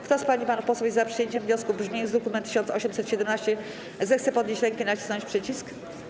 Kto z pań i panów posłów jest za przyjęciem wniosku w brzmieniu z druku nr 1817, zechce podnieść rękę i nacisnąć przycisk.